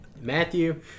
Matthew